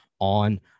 on